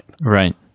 Right